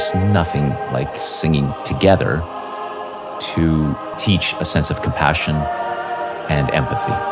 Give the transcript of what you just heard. nothing like singing together to teach a sense of compassion and empathy